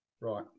Right